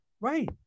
right